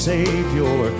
Savior